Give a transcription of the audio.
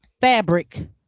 fabric